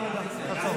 לשנות כיוון.